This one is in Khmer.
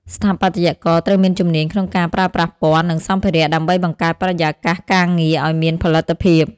ស្ថាបត្យករត្រូវមានជំនាញក្នុងការប្រើប្រាស់ពណ៌ និងសម្ភារៈ ដើម្បីបង្កើតបរិយាកាសការងារឱ្យមានផលិតភាព។